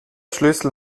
schlüssel